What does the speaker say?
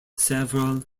several